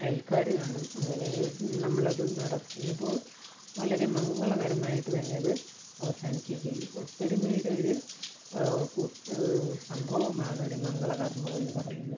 അയൽക്കാർ കാണും അങ്ങനെ നമ്മളത് നടത്തുമ്പോൾ വളരെ മംഗളകരമായിട്ടു തന്നെ അത് അവസാനിക്കുകയും ചെയ്യും ഒത്തൊരുമയുടെ ഒരു കു സംഭവമാണ് ഒരു മംഗള കർമ്മം എന്നു പറയുന്നത്